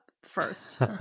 first